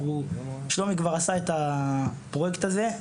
שלומי כבר עשה את הפרויקט הזה,